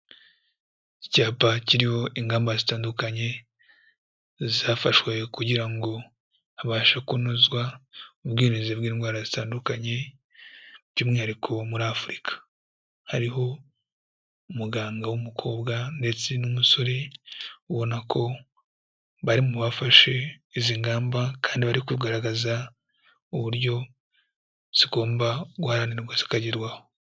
Icyapa kiriho ingamba zitandukanye zafashwe kugira ngo habashe kunozwa ubwirinzi bw'indwara zitandukanye, by'umwihariko muri Afurika. Hariho umuganga w'umukobwa ndetse n'umusore ubona ko bari mu bafashe izi ngamba, kandi bari kugaragaza uburyo zigomba guharanirwa zikagerwaho.